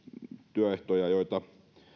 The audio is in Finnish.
työehtoja joita